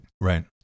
Right